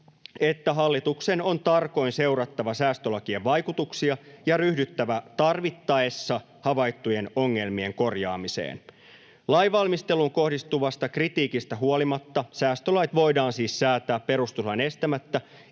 että hallituksen on tarkoin seurattava säästölakien vaikutuksia ja ryhdyttävä tarvittaessa havaittujen ongelmien korjaamiseen. Lainvalmisteluun kohdistuvasta kritiikistä huolimatta säästölait voidaan siis säätää perustuslain estämättä,